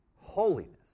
holiness